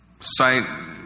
Sight